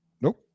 Nope